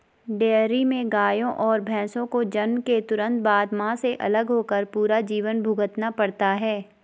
dairy में गायों और भैंसों को जन्म के तुरंत बाद, मां से अलग होकर पूरा जीवन भुगतना पड़ता है